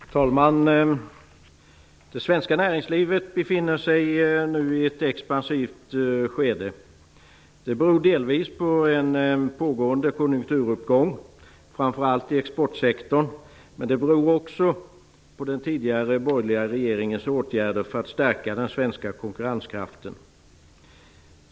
Herr talman! Det svenska näringslivet befinner sig nu i ett expansivt skede. Det beror dels på en pågående konjunkturuppgång, framför allt i exportsektorn, dels på den tidigare borgerliga regeringens åtgärder för att stärka den svenska konkurrenskraften.